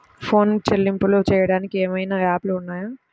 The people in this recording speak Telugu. ఫోన్ చెల్లింపులు చెయ్యటానికి ఏవైనా యాప్లు ఉన్నాయా?